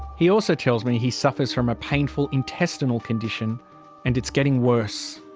he also tells me he suffers from a painful intestinal condition and it's getting worse.